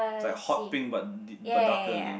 like hot pink but darker again